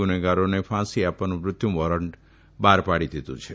ગુનેગારોને ફાંસી આપવાનું મૃત્યુ વોરંટ બહાર પાડી દીધું છે